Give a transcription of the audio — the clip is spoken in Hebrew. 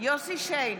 יוסף שיין,